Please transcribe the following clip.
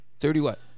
Thirty-what